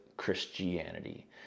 Christianity